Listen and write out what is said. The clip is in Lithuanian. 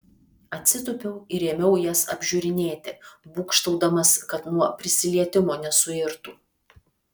atsitūpiau ir ėmiau jas apžiūrinėti būgštaudamas kad nuo prisilietimo nesuirtų